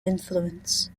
influence